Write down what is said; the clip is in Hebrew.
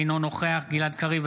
אינו נוכח גלעד קריב,